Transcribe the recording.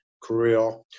Korea